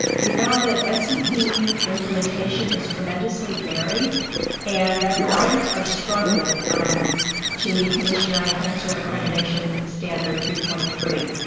we found that sep implementation is tremendously varied and that providers are struggling to meet commission on cancer accreditation standard three point three.